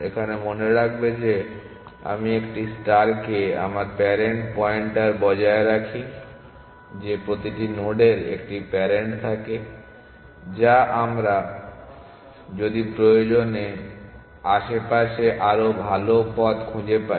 এখানে মনে রাখবে যে আমি একটি ষ্টারকে আমরা প্যারেন্ট পয়েন্টার বজায় রাখি যে প্রতিটি নোডের একটি প্যারেন্ট থাকে যা আমরা যদি প্রয়োজনে আশেপাশে আরও ভাল পথ খুঁজে পাই